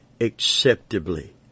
acceptably